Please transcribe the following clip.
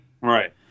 Right